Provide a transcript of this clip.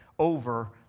over